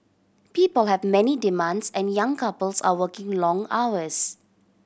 people have many demands and young couples are working long hours